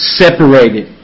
separated